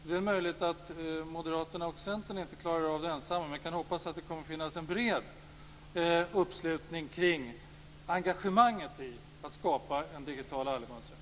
Det är möjligt att Moderaterna och Centern inte klarar av det ensamma, men man kan hoppas att det kommer att finnas en bred uppslutning kring engagemanget i att skapa en digital allemansrätt.